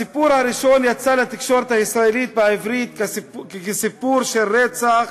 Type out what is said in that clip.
הסיפור הראשון יצא לתקשורת הישראלית בעברית כסיפור של רצח